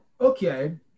Okay